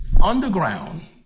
underground